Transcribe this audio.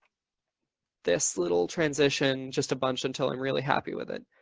this little transition just a bunch until i'm really happy with it.